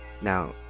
Now